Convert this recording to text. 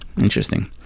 interesting